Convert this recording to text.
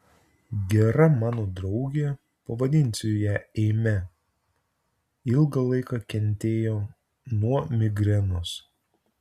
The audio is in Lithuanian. gera mano draugė pavadinsiu ją eime ilgą laiką kentėjo nuo migrenos